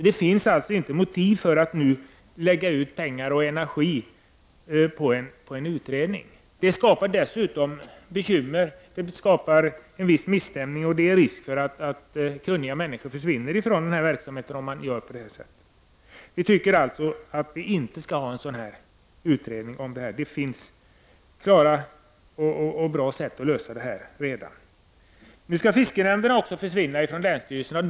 Det finns alltså inte motiv att nu satsa pengar och energi på en utredning. Det skapar dessutom bekymmer: Det uppstår misstämning, och det är risk att kunniga människor försvinner från verksamheten om man gör på det sättet. Vi tycker alltså inte att vi skall tillsätta någon utredning om det här — det finns redan bra lösningar. Nu skall också fiskerinämnderna försvinna från länsstyrelserna.